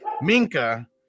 Minka